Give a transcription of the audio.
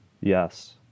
yes